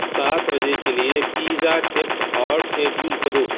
سات بجے کے لیے پیزا ٹیکس آؤٹ سیڈول کرو